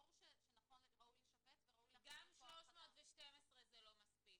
ברור שראוי לשפץ וראוי להכין כוח אדם --- גם 312 זה לא מספיק.